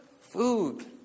food